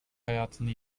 hayatını